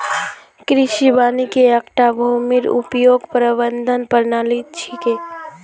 कृषि वानिकी एकता भूमिर उपयोग प्रबंधन प्रणाली छिके